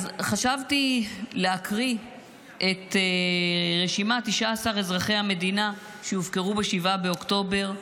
אז חשבתי להקריא את רשימת 19 אזרחי המדינה שהופקרו ב-7 באוקטובר.